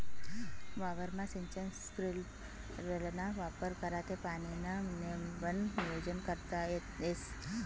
वावरमा सिंचन स्प्रिंकलरना वापर करा ते पाणीनं नेमबन नियोजन करता येस